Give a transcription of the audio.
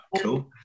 Cool